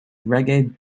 reggae